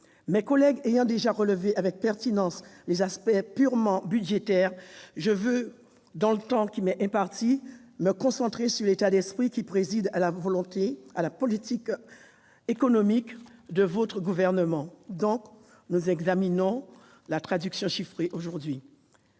Mes collègues ayant déjà évoqué avec pertinence les aspects purement budgétaires, je veux, dans le temps qui m'est imparti, me concentrer sur l'état d'esprit qui préside à la politique économique de votre gouvernement, dont nous examinons la traduction chiffrée aujourd'hui.